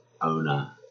owner